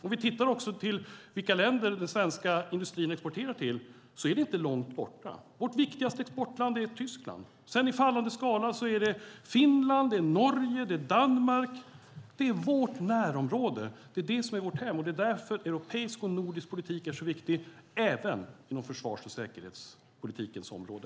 Om vi tittar på vilka länder som den svenska industrin exporterar till ligger de inte långt bort. Vårt viktigaste exportland är Tyskland. Sedan är det på en fallande skala Finland, Norge och Danmark. Det är vårt närområde, och det är det som är vårt hem. Det är därför som europeisk och nordisk politik är så viktiga även inom försvars och säkerhetspolitikens område.